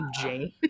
Jane